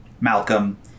Malcolm